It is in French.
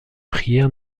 prière